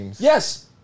Yes